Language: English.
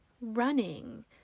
running